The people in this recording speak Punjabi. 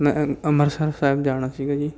ਮੈਂ ਅੰਮ੍ਰਿਤਸਰ ਸਾਹਿਬ ਜਾਣਾ ਸੀਗਾ ਜੀ